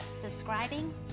subscribing